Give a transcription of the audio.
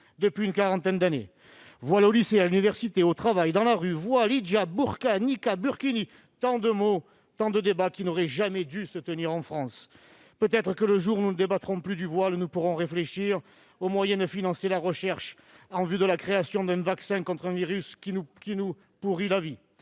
depuis une quarantaine d'années. Voiles au lycée, à l'université, au travail, dans la rue, etc. Voile, hidjab, burqa, niqab, burkini : tant de mots et tant de débats qui n'auraient jamais dû se tenir en France. Peut-être que le jour où nous ne débattrons plus du voile nous pourrons réfléchir aux moyens de financer la recherche en vue de la création d'un vaccin contre un virus qui nous pourrit la vie.